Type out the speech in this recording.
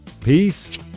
peace